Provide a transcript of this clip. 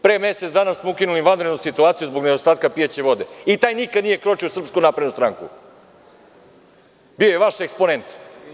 Pre mesec dana smo ukinuli vanrednu situaciju zbog nedostatka pijaće vode i taj nikad nije kročio u SNS, bio je vaš eksponent.